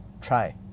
try